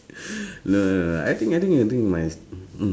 no no no I think I think I think my s~